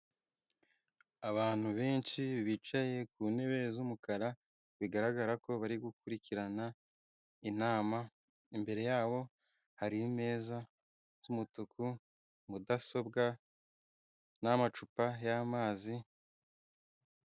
Abantu benshi bicaye ku ntebe z'umukara bigaragara ko bari gukurikirana inama imbere yabo hari imeza z'umutuku mudasobwa n'amacupa y'amazi.